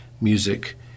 Music